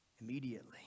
immediately